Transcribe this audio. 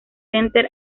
center